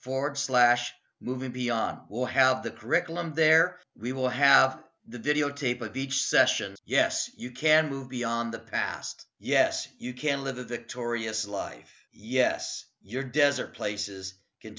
forward slash moving beyond will have the curriculum there we will have the videotape of each session yes you can move beyond the past yes you can live a victorious life yes your desert places can